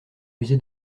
usé